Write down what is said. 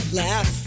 laugh